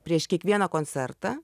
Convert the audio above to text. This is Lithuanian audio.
prieš kiekvieną koncertą